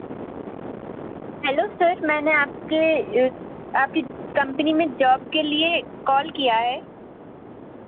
hello sir मैंने आपके आपकी कम्पनी में जॉब के लिए कॉल किया है